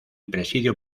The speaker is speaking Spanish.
presidio